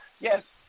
yes